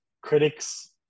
critics